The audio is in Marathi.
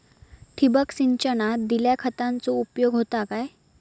ठिबक सिंचनान दिल्या खतांचो उपयोग होता काय?